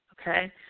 okay